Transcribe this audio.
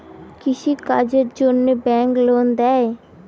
কৃষি কাজের জন্যে ব্যাংক লোন দেয়?